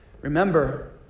Remember